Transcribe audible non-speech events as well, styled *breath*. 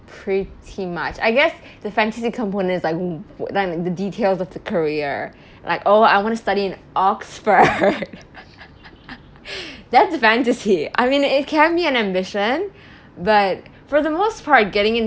pretty much I guess the fantasy components is like w~ like the details of the career like oh I want to study in oxford *laughs* that's a fantasy I mean it can be an ambition *breath* but for the most part getting in